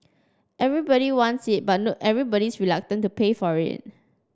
everybody wants it but no everybody's reluctant to pay for it